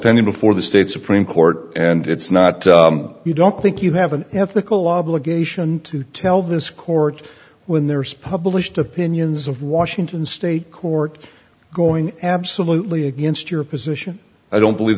pending before the state supreme court and it's not you don't think you have an ethical obligation to tell this court when there is published opinions of washington state court going absolutely against your position i don't believe